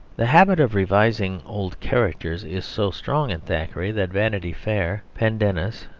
the habit of revising old characters is so strong in thackeray that vanity fair, pendennis,